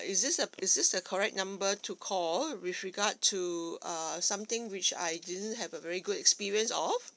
is this uh this is the correct number to call with regard to err something which I didn't have a very good experience of